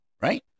Right